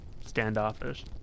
standoffish